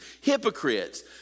hypocrites